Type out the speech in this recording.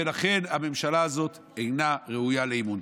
ולכן הממשלה הזאת אינה ראויה לאמון.